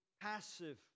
passive